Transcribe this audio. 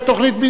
בבקשה.